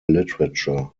literature